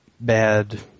bad